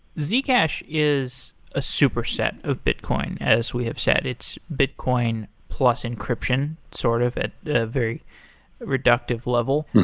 zcash is a superset of bitcoin as we have said. it's bitcoin plus encryption, sort of at the very reductive level.